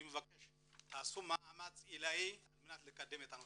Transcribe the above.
אני מבקש שתעשו מאמץ עילאי על מנת לקדם את הנושא.